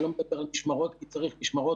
אני לא מדבר על משמרות כי צריך משמרות,